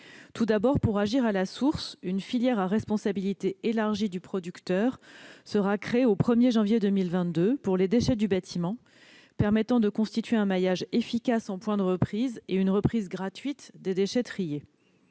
Tout d'abord, pour agir à la source, une filière à responsabilité élargie du producteur sera créée le 1 janvier 2022 pour les déchets du bâtiment, ce qui permettra de constituer un maillage efficace en points de reprise et une reprise gratuite pour les déchets triés.